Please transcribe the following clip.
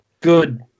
Good